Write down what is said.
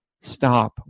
stop